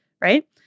right